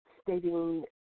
stating